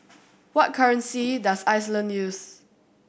what currency does Iceland use